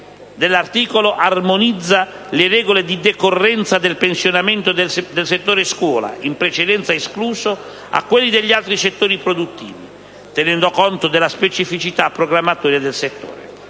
comma 21 armonizza le regole di decorrenza del pensionamento del settore della scuola, in precedenza escluso, a quello degli altri settori produttivi, tenendo conto della specificità programmatoria del settore.